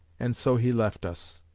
and so he left us.